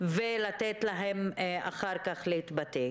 ולתת להם להתבטא.